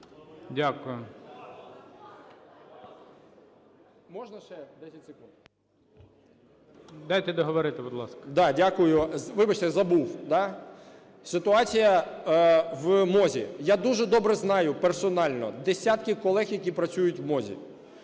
Дякую. Дайте договорити, будь ласка.